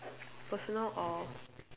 personal or